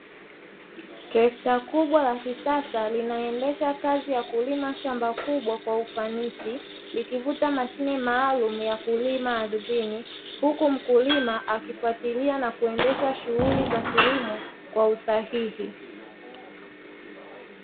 Trekta kubwa la kisasa, linaendesha kazi ya kulima shamba kubwa kwa ufanisi, likivuta mashine maalumu ya kulima ardhini, huku mkulima akifuatilia na kuendesha shughuli za kilimo kwa usahihi.